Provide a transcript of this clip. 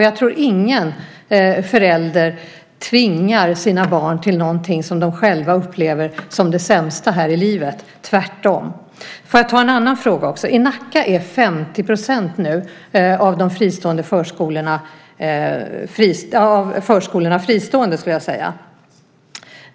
Jag tror inte att någon förälder tvingar sina barn till någonting som de själva upplever som det sämsta här i livet - tvärtom. Låt mig ta upp en annan fråga också. I Nacka är 50 % av förskolorna fristående.